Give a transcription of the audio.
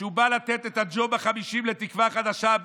כשהוא בא לתת את הג'וב ה-50 לתקווה חדשה,